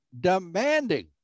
demanding